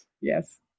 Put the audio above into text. Yes